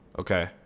Okay